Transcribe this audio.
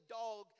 dog